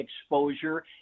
exposure